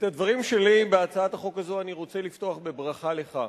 את הדברים שלי בהצעת החוק הזאת אני רוצה לפתוח בברכה לך,